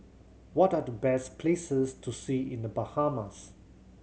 what are the best places to see in The Bahamas